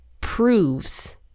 proves